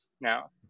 now